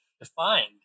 defined